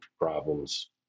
problems